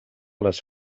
les